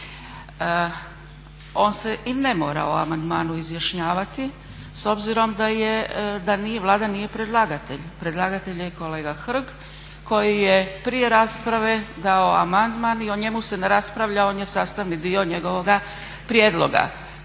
On se i ne mora o amandmanu izjašnjavati s obzirom da Vlada nije predlagatelj. Predlagatelj je kolega Hrg koji je prije rasprave dao amandman i o njemu se ne raspravlja, on je sastavni dio njegovoga prijedloga.